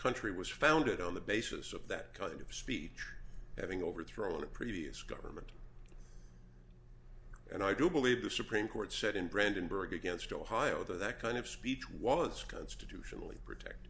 country was founded on the basis of that kind of speech having overthrown the previous government and i do believe the supreme court said in brandenburg against ohio that kind of speech was constitutionally protect